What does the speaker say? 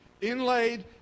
inlaid